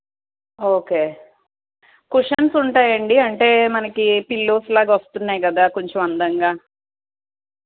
okay cushions ఉంటాయండి అంటే మనకి పిల్లోస్లాగా వస్తున్నాయి కదా కొంచెం అందంగా